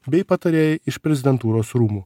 bei patarėjai iš prezidentūros rūmų